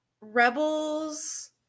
rebels